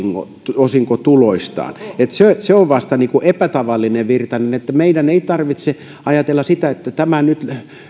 osinkotuloistaan se se on vasta epätavallinen virtanen meidän ei tarvitse ajatella että tämä nyt